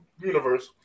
universe